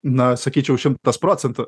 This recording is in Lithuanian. na sakyčiau šimtas procentų